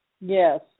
Yes